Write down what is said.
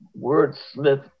wordsmith